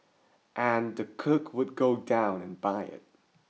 and the cook would go down and buy it